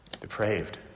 depraved